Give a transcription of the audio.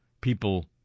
people